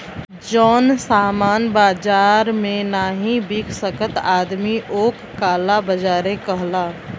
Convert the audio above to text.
जौन सामान बाजार मे नाही बिक सकत आदमी ओक काला बाजारी कहला